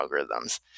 algorithms